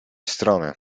strony